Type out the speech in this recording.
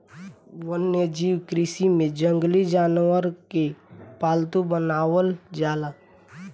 वन्यजीव कृषि में जंगली जानवरन के पालतू बनावल जाला